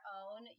own